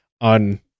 on